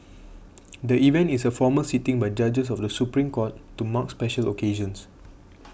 the event is a formal sitting by judges of the Supreme Court to mark special occasions